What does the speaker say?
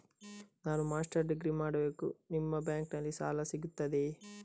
ನಾನು master degree ಮಾಡಬೇಕು, ನಿಮ್ಮ ಬ್ಯಾಂಕಲ್ಲಿ ಸಾಲ ಸಿಗುತ್ತದೆಯೇ?